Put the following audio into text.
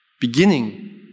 beginning